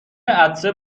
عطسه